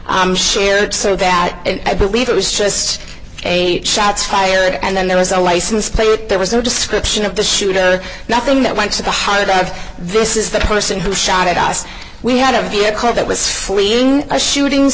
i'm sure of that and i believe it was just a shots fired and then there was a license plate there was no description of the shooter nothing that went to the heart of this is the person who shot at us we had a vehicle that was for being a shooting